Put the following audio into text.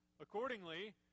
Accordingly